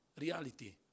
Reality